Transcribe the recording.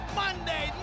monday